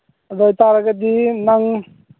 ꯑꯗꯨ ꯑꯣꯏ ꯇꯥꯔꯒꯗꯤ ꯅꯪ